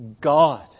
God